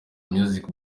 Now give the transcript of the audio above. music